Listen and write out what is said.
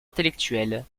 intellectuels